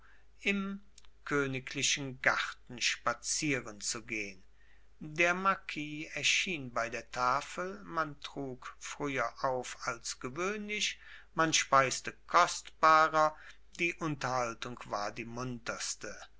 im königlichen garten spazieren zu gehen der marquis erschien bei der tafel man trug früher auf als gewöhnlich man speiste kostbarer die unterhaltung war die munterste